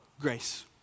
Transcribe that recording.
grace